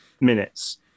minutes